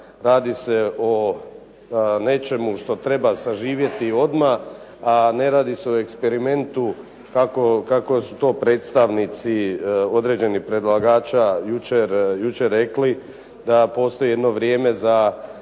radi se o nečemu što treba saživjeti odmah a ne radi se o eksperimentu kako su to predstavnici određenih predlagača jučer rekli da postoji jedno vrijeme za